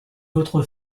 autre